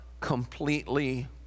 completely